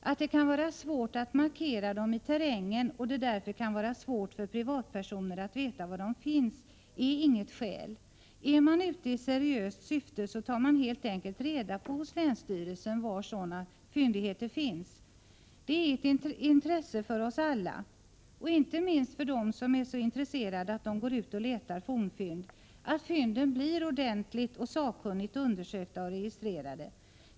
Att det kan vara svårt att markera dem i terrängen och att det därför kan vara svårt för privatpersoner att veta var de finns är inget skäl. Är man ute i seriöst syfte, så tar man helt enkelt reda på hos länsstyrelsen var sådana fyndigheter finns. Det är ett intresse för oss alla — och inte minst för dem som är så intresserade att de går ut och letar efter fornfynd — att fynden blir ordentligt och sakkunnigt undersökta och registrerade.